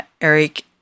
Eric